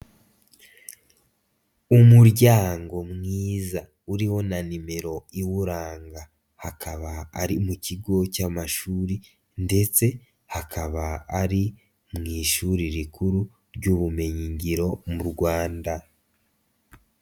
Umuryango mwiza uriho na nimero iwuranga, hakaba ari mu kigo cy'amashuri ndetse hakaba ari mu ishuri rikuru ry'ubumenyingiro mu Rwanda.